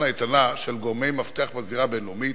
האיתנה של גורמי מפתח בזירה הבין-לאומית,